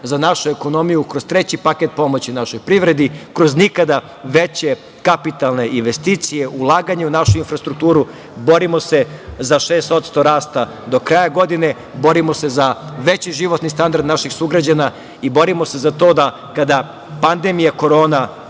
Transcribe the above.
za našu ekonomiju kroz treći paket pomoći našoj privredi, kroz nikada veće kapitalne investicije, ulaganja u našu infrastrukturu. Borimo se za 6% rasta do kraja godine, borimo se za veći životni standard naših sugrađana i borimo se za to da kada pandemija korona